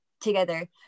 together